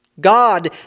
God